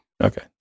Okay